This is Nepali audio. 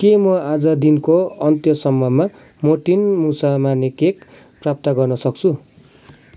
के म आज दिनको अन्त्यसम्ममा मोर्टिन मुसा मार्ने केक प्राप्त गर्न सक्छु